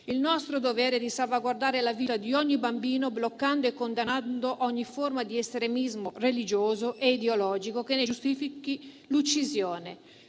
Il nostro dovere è di salvaguardare la vita di ogni bambino bloccando e condannando ogni forma di estremismo religioso e ideologico che ne giustifichi l'uccisione.